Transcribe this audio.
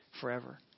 forever